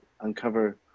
uncover